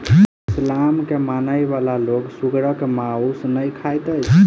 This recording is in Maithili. इस्लाम के मानय बला लोक सुगरक मौस नै खाइत अछि